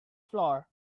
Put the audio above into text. floor